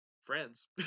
friends